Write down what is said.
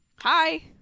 Hi